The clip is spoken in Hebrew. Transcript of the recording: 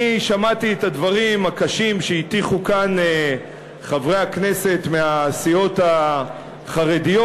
אני שמעתי את הדברים הקשים שהטיחו כאן חברי הכנסת מהסיעות החרדיות.